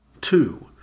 Two